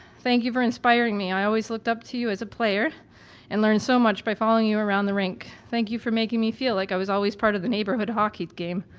thank you for inspiring me, i always looked up to you as a player and learned so much by following you around the rink. thank you for making me feel like i was always part of the neighborhood hockey game,